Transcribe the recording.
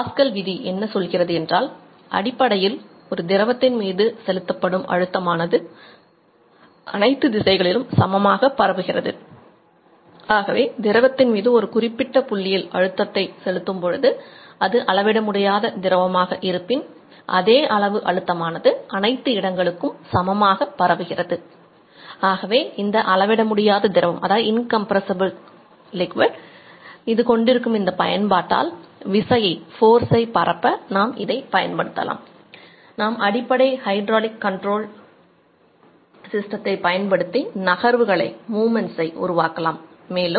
pascal விதி என்ன சொல்கிறது என்றால் அடிப்படையில் திரவத்தின் மீது செலுத்தப்படும் அழுத்தமானது நாம் கொண்டு வர முடியும்